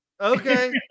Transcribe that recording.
okay